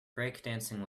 breakdancing